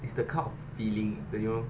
it's the kind of feeling the you know